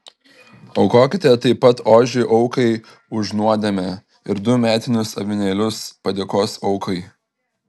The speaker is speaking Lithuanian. aukokite taip pat ožį aukai už nuodėmę ir du metinius avinėlius padėkos aukai